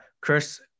Chris